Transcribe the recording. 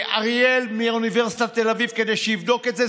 אריאל מאוניברסיטת תל אביב כדי שיבדוק את זה.